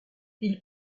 ils